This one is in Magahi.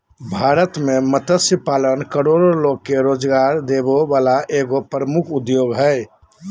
भारत में मत्स्य पालन करोड़ो लोग के रोजगार देबे वला एगो प्रमुख उद्योग हइ